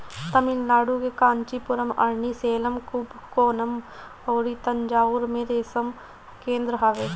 तमिलनाडु के कांचीपुरम, अरनी, सेलम, कुबकोणम अउरी तंजाउर में रेशम केंद्र हवे